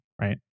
right